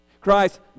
Christ